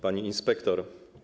Pani Inspektor!